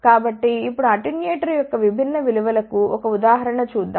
కాబట్టి ఇప్పుడు అటెన్యుయేటర్ యొక్క విభిన్న విలువలకు ఒక ఉదాహరణ చూద్దాం